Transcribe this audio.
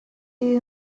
you